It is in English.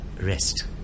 rest